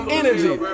energy